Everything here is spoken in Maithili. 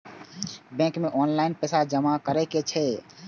बैंक में ऑनलाईन पैसा जमा कर सके छीये?